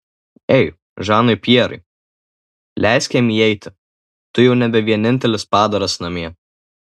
ei žanai pjerai leisk jam įeiti tu jau nebe vienintelis padaras name